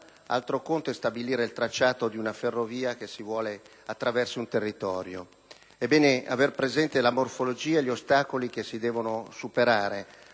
altro conto è stabilire il tracciato di una ferrovia che si vuole attraversi un territorio. È bene aver presente la morfologia e gli ostacoli che si devono superare,